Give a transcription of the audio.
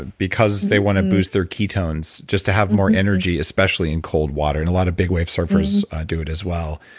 because they want to boost their ketones, just to have more energy, especially in cold water. and a lot of big wave surfers do it as well.